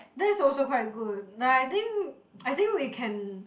that's also quite good like I think I think we can